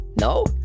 No